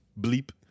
Bleep